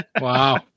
Wow